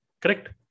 correct